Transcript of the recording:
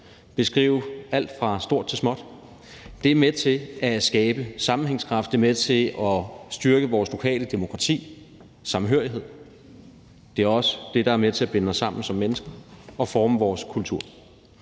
beskrive alt fra stort til småt. Det er med til at skabe sammenhængskraft. Det er med til at styrke vores lokale demokrati og samhørighed. Det er også det, der er med til at binde os sammen som mennesker og forme vores kultur.